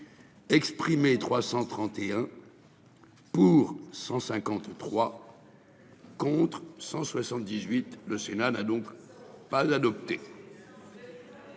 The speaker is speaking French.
Exprimés 331. Pour 153. Contre 178, le Sénat n'a donc pas adopter.